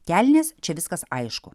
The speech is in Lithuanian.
kelnės čia viskas aišku